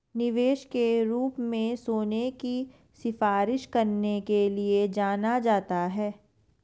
निवेश के रूप में सोने की सिफारिश करने के लिए जाना जाता है